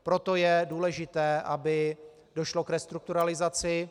Proto je důležité, aby došlo k restrukturalizaci.